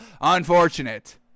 Unfortunate